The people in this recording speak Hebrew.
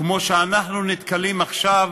כמו זו שאנחנו נתקלים בה עכשיו,